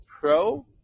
pro